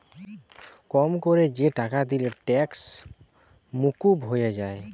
কম কোরে যে টাকা দিলে ট্যাক্স মুকুব হয়ে যায়